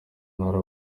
ntara